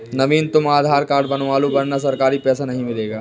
नवनीत तुम आधार कार्ड बनवा लो वरना सरकारी पैसा नहीं मिलेगा